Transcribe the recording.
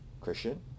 Christian